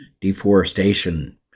deforestation